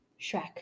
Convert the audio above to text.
Shrek